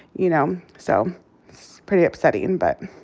you know. so, it's pretty upsetting. but